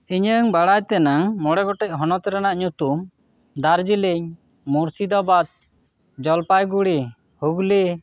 ᱤᱧᱟᱹᱝ ᱵᱟᱲᱟᱭ ᱛᱮᱱᱟᱝ ᱢᱚᱬᱮ ᱜᱚᱴᱮᱡ ᱦᱚᱱᱚᱛ ᱨᱮᱱᱟᱜ ᱧᱩᱛᱩᱢ ᱫᱟᱨᱡᱤᱞᱤᱝ ᱢᱩᱨᱥᱤᱫᱟᱵᱟᱫᱽ ᱡᱚᱞᱯᱟᱭᱜᱩᱲᱤ ᱦᱩᱜᱽᱞᱤ